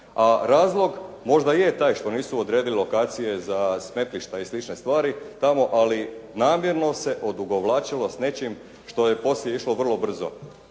a razlog možda je taj što nisu odredili lokacije za smetlišta i slične stvari tamo ali namjerno se odugovlačilo s nečim što je poslije išlo vrlo brzo.